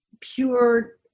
pure